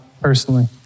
personally